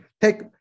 take